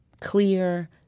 clear